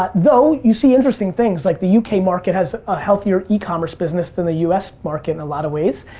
but though you see interesting things, like the u k. market has a healthier e-commerce business than the u s. market in a lot of ways.